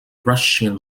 russian